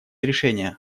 решения